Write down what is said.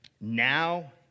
Now